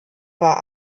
war